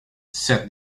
said